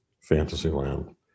Fantasyland